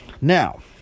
Now